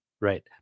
right